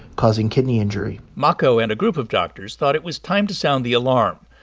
causing kidney injury mocco and a group of doctors thought it was time to sound the alarm,